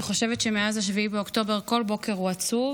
אני חושבת שמאז 7 באוקטובר כל בוקר הוא עצוב,